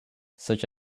such